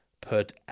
put